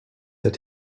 that